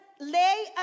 lay